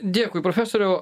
dėkui profesoriau